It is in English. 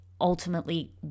ultimately